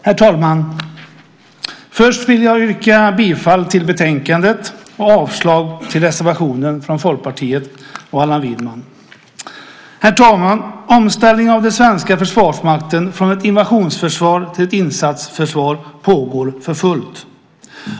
Herr talman! Först yrkar jag bifall till utskottets förslag i betänkandet och avslag på reservationen från Folkpartiet, bland annat från Allan Widman. Herr talman! Omställningen av den svenska försvarsmakten från ett invasionsförsvar till ett insatsförsvar pågår för fullt.